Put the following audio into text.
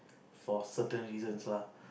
for certain reasons lah